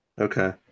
Okay